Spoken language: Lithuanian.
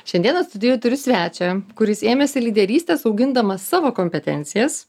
šiandieną studijoj turiu svečią kuris ėmėsi lyderystės augindamas savo kompetencijas